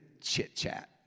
chit-chat